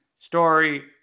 Story